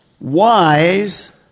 wise